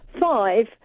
five